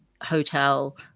hotel